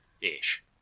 ish